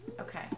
okay